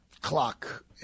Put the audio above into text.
clock